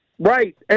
Right